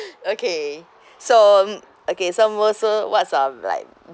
okay so mm okay so amus what's um like